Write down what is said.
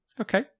okay